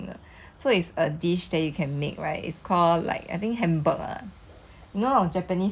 oh there's also cooking but like there's a lot of onions 不懂觉得你会喜欢吃吗真的有一点恶心